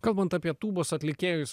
kalbant apie tūbos atlikėjus